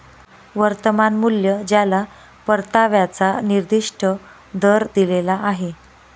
वर्तमान मूल्य ज्याला परताव्याचा निर्दिष्ट दर दिलेला आहे